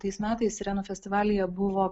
tais metais sirenų festivalyje buvo